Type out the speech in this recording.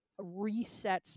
resets